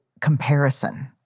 comparison